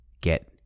get